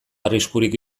arriskurik